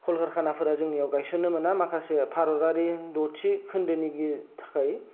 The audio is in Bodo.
कल कारखानाफोरा जोंनियाव गायसननो मोना माखासे भारतारि द'थि खोन्दोनि थाखाय